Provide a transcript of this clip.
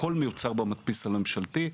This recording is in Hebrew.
הכול מיוצר במדפיס הממשלתי.